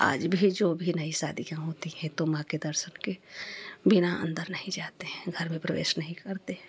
आज भी जो भी नई शादियाँ होती हैं तो माँ के दर्शन के बिना अंदर नहीं जाते हैं घर में प्रवेश नहीं करते हैं